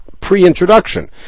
pre-introduction